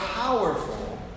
powerful